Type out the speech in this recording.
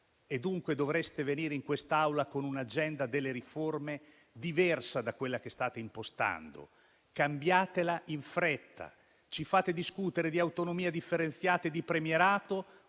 Dovreste venire in quest'Aula con un'agenda delle riforme diversa da quella che state impostando; cambiatela in fretta. Ci fate discutere di autonomie differenziate e di premierato,